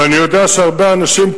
ואני יודע שהרבה אנשים,